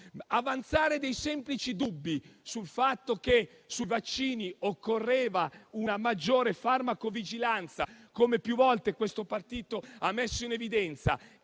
Avanzare semplici dubbi sul fatto che sui vaccini occorresse una maggiore farmacovigilanza, come più volte questo partito ha messo in evidenza,